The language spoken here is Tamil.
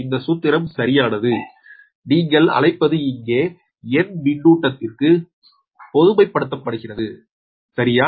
இந்த சூத்திரம் சரியானது நீங்கள் அழைப்பது இங்கே n மின்னூட்டத்திற்கு பொதுமைப்படுத்தப்படுகிறது சரியா